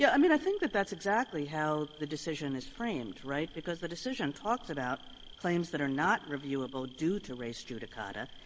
yeah i mean, i think that that's exactly how the decision is framed, right? because the decision talks about claims that are not reviewable due to res judicata.